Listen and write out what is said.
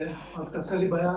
זה עלה פה בכמה דיונים,